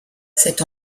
cet